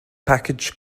package